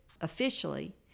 Officially